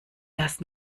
das